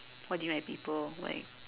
what do you mean by people like